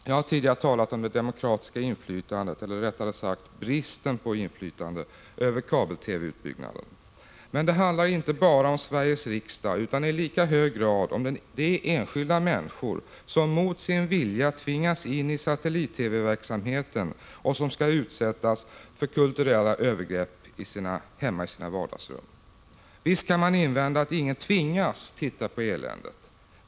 Jag har tidigare talat om det demokratiska inflytandet, eller rättare sagt bristen på inflytande, över kabel-TV-utbyggnaden. Men det handlar inte bara om Sveriges riksdag utan i lika hög grad om de enskilda människor som mot sin vilja tvingas in i satellit-TV-verksamheten och som skall utsättas för kulturella övergrepp hemma i sina vardagsrum. Visst kan man invända att ingen tvingas titta på eländet.